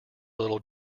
little